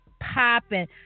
popping